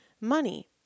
money